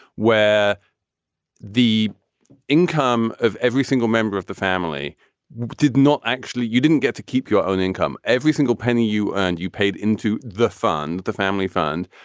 where the income of every single member of the family did not. actually, you didn't get to keep your own income. every single penny you earned, you paid into the fund, the family fund,